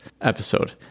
episode